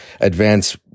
advance